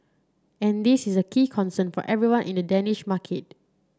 and this is a key concern for everyone in the Danish market